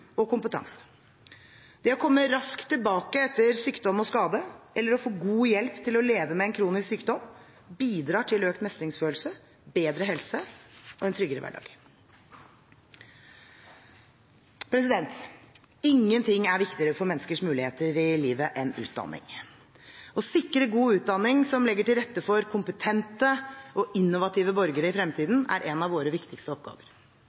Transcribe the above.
og kompetanse. Det å komme raskt tilbake etter sykdom og skade eller å få god hjelp til å leve med en kronisk sykdom, bidrar til økt mestringsfølelse, bedre helse og en tryggere hverdag. Ingenting er viktigere for menneskers muligheter i livet enn utdanning. Å sikre god utdanning som legger til rette for kompetente og innovative borgere i fremtiden, er en av våre viktigste oppgaver.